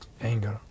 Anger